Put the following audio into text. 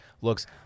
looks